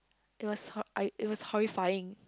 it was I it was horrifying